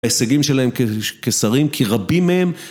ההישגים שלהם כשרים כי רבים מהם